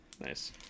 nice